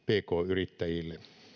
yrittäjille